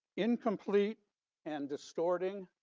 incomplete and distorting?